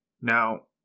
Now